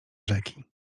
rzeki